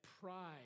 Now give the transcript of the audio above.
pride